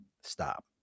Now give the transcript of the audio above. stop